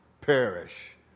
perish